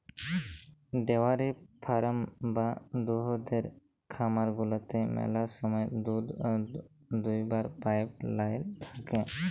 dairy farm বা দুহুদের খামার গুলাতে ম্যালা সময় দুহুদ দুয়াবার পাইপ লাইল থ্যাকে